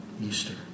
Easter